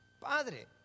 padre